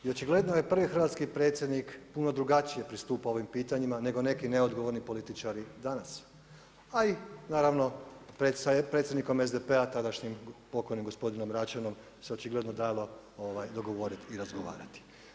I očigledno je prvi Hrvatski predsjednik puno drugačije pristupao ovim pitanjima nego neki neodgovorni političari danas, a i naravno predsjednikom SDP-a tadašnjim pokojnim gospodinom Račanom, se očigledno dalo dogovoriti i razgovarati.